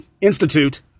institute